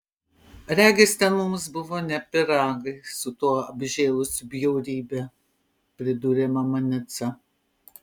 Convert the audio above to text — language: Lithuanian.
regis ten mums buvo ne pyragai su tuo apžėlusiu bjaurybe pridūrė mama nica